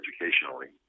educationally